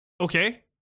Okay